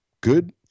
good